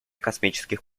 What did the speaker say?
космических